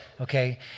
okay